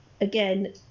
again